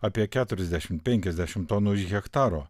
apie keturiasdešimt penkiasdešimt tonų iš hektaro